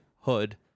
hood